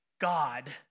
God